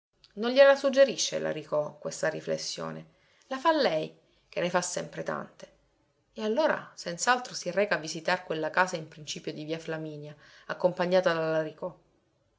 non gliela suggerisce l'aricò questa riflessione la fa lei che ne fa sempre tante e allora senz'altro si reca a visitar quella casa in principio di via flaminia accompagnata dall'aricò